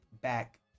back